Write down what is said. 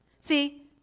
See